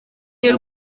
y’u